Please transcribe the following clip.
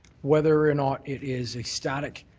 whether or not it is a static